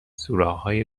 سوراخهای